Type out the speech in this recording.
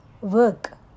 work